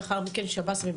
לאחר מכן שב"ס ומשטרה.